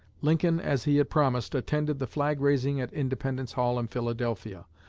lincoln, as he had promised, attended the flag-raising at independence hall in philadelphia,